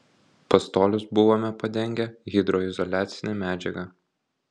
pastolius buvome padengę hidroizoliacine medžiaga